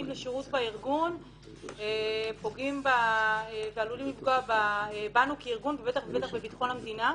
לשירות בארגון ועלולים לפגוע בנו כארגון ובטח בביטחון המדינה.